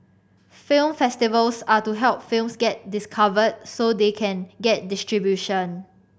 film festivals are to help films get discovered so they can get distribution